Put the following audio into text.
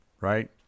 right